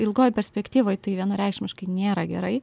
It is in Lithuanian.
ilgoj perspektyvoj tai vienareikšmiškai nėra gerai